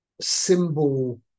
symbol